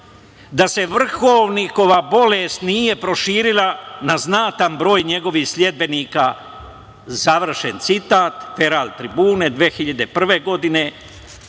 da se vrhovnikova bolest nije proširila na znatan broj njegovih sledbenika, završen citat, „Feral tribune“ 2001. godine.